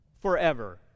forever